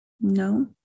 No